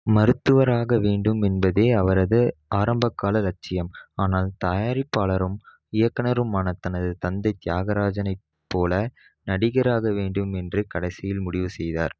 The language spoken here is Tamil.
மருத்துவராக வேண்டும் என்பதே அவரது ஆரம்பகால லட்சியம் ஆனால் தயாரிப்பாளரும் இயக்குனருமான தனது தந்தை தியாகராஜனைப் போல நடிகராக வேண்டும் என்று கடைசியில் முடிவு செய்தார்